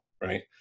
Right